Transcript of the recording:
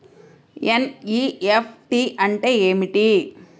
NEFT అంటే ఏమిటి?